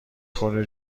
خوره